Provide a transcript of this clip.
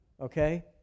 okay